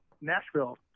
Nashville